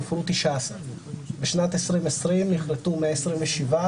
הופרו 19. בשנת 2022 נכרתו 127,